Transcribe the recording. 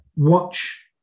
watch